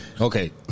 Okay